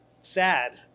sad